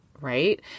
right